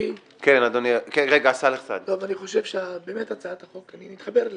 טוב, אני חושב שהצעת החוק אני מתחבר אליה.